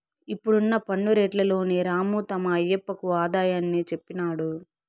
ఇప్పుడున్న పన్ను రేట్లలోని రాము తమ ఆయప్పకు ఆదాయాన్ని చెప్పినాడు